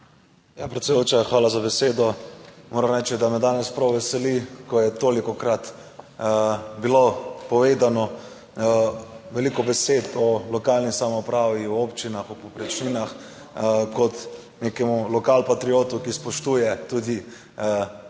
Ja, predsedujoča, hvala za besedo. Moram reči, da me danes prav veseli, ko je tolikokrat bilo povedano veliko besed o lokalni samoupravi, o občinah, o povprečninah kot nekemu lokalpatriotu, ki spoštuje tudi